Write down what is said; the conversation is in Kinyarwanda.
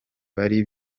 bari